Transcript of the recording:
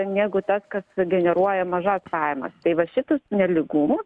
negu tas kas generuoja mažas pajamas tai va šitus nelygumus